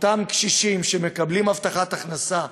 אותם קשישים שמקבלים הבטחת הכנסה,